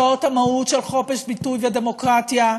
זאת המהות של חופש ביטוי ודמוקרטיה.